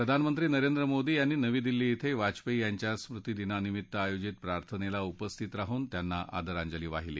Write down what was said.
प्रधानमंत्री नरेंद्र मोदी यांनी नवी दिल्ली क्रं वाजपेयी यांच्या स्मृतीदिनानिमित्त आयोजित प्रार्थनेला उपस्थित राहून त्यांना आदरांजली वाहिली